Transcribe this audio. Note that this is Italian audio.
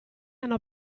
hanno